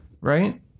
right